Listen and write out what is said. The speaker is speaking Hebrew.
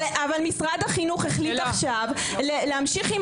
אבל משרד החינוך החליט עכשיו להמשיך עם